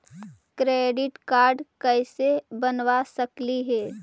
Credit card कैसे बनबा सकली हे?